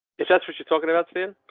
if that's what you're talking about, then,